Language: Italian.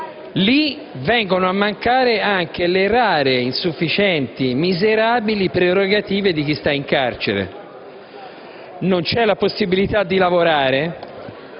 e vengono a mancare anche le rare, insufficienti, miserabili prerogative di chi sta in carcere. Non c'è la possibilità di lavorare;